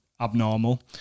abnormal